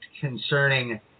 concerning